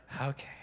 okay